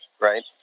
Right